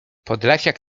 podlasiak